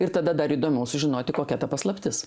ir tada dar įdomiau sužinoti kokia ta paslaptis